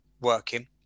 working